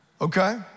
Okay